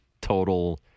total